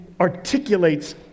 articulates